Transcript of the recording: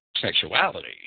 sexuality